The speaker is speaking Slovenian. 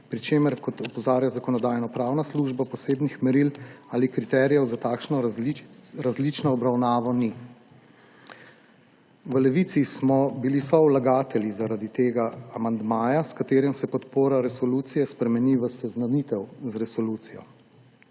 pri čemer, kot opozarja Zakonodajno-pravna služba, posebnih meril ali kriterijev za takšno različno obravnavo ni. V Levici smo bili sovlagatelji zaradi tega amandmaja, s katerim se podpora resolucije spremeni v seznanitev z resolucijo.